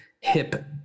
hip